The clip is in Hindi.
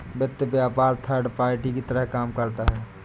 वित्त व्यापार थर्ड पार्टी की तरह काम करता है